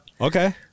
Okay